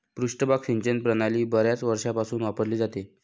पृष्ठभाग सिंचन प्रणाली बर्याच वर्षांपासून वापरली जाते